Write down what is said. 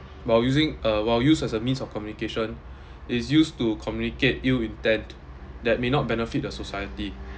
while using uh while used as a means of communication is used to communicate you intent that may not benefit the society